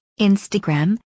Instagram